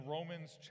Romans